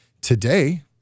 today